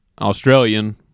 Australian